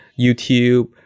YouTube